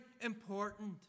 important